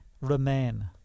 remain